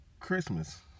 Christmas